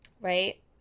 right